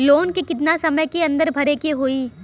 Loan के कितना समय के अंदर भरे के होई?